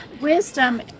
Wisdom